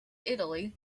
italy